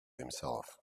himself